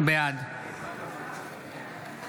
בעד